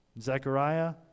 Zechariah